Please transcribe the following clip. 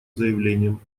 заявлением